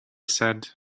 said